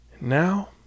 Now